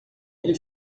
ele